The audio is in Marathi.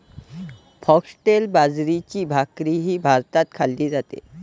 फॉक्सटेल बाजरीची भाकरीही भारतात खाल्ली जाते